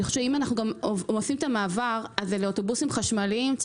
אם אנחנו עושים את המעבר לאוטובוסים חשמליים אז